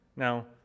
Now